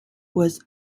was